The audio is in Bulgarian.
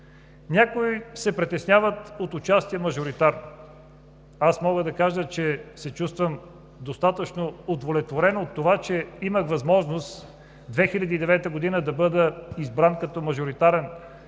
Някои се притесняват от мажоритарно участие. Мога да кажа, че се чувствам достатъчно удовлетворен от това, че имах възможност 2009 г. да бъда избран като мажоритарен